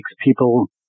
people